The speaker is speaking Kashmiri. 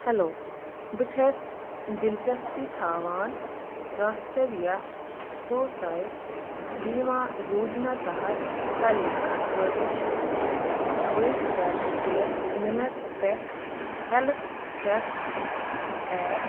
ہیٚلو بہٕ چھیٚس دلچسپی تھاوان راشٹریا سوسایِد بیٖما یوجنا تحت پَلے خٲطرٕ چھِ بٔج کرتِیَس منٛٹ پٮ۪ٹھ ہیٚلٕتھ چیٚک اپ